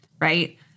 Right